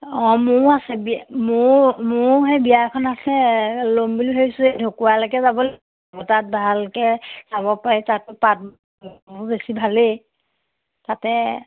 অঁ ময়ো আছে বিয়া ময়ো ময়ো সেই বিয়া এখন আছে ল'ম বুলি ভাবিছোঁ ঢকুৱালেকে যাব লাগে তাত ভালকে চাব পাৰি তাত পাতো বেছি ভালেই তাতে